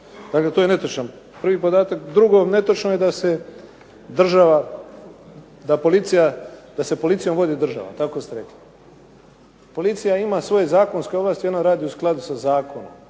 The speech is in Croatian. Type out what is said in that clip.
Dakle, to je netočan prvi podatak. Drugo, netočno je da se država, da se policijom vodi država. Tako ste rekli. Policija ima svoje zakonske ovlasti i ona radi u skladu sa zakonom